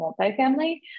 multifamily